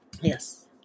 Yes